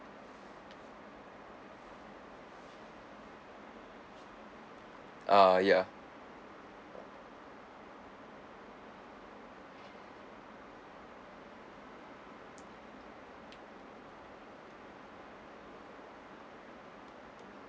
ah ya